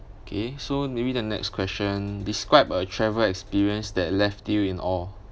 okay so maybe the next question describe a travel experience that left you in awe